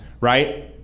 right